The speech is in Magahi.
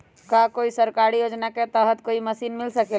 का कोई सरकारी योजना के तहत कोई मशीन मिल सकेला?